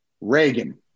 Reagan